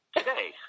today